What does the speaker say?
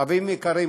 חברים יקרים,